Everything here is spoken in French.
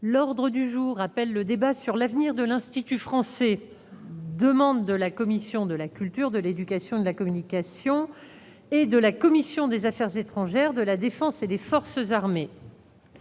L'ordre du jour appelle le débat sur l'avenir de l'Institut français, organisé à la demande de la commission de la culture, de l'éducation et de la communication et de la commission des affaires étrangères, de la défense et des forces armées.